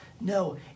No